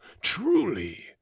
truly